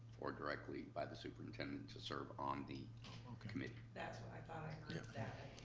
or directly by the superintendent to serve on the committee. that's what i thought i